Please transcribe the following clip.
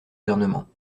gouvernements